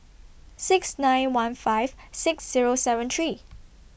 six nine one five six Zero seven three